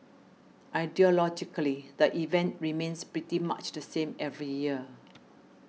ideologically the event remains pretty much the same every year